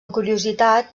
curiositat